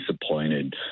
disappointed